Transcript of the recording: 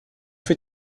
fait